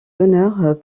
honneurs